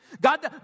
God